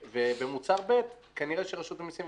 ובמוצר ב' כנראה שרשות המסים,